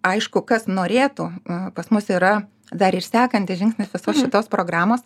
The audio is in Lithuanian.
aišku kas norėtų pas mus yra dar ir sekantis žingsnis visos šitos programos